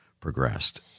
progressed